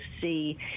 see